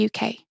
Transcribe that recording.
UK